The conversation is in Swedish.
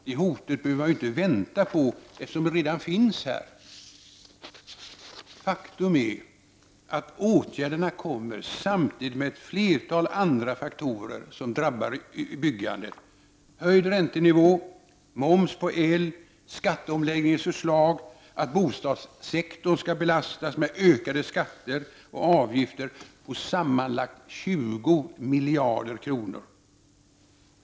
Det hotet behöver man inte vänta på, eftersom det redan finns här. Faktum är att åtgärderna kommer samtidigt som ett flertal andra faktorer drabbar byggandet: höjd räntenivå, moms på el, skatteomläggningens förslag att bostadssektorn skall belastas med ökade skatter och avgifter på sammanlagt 20 miljarder kronor.